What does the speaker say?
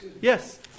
Yes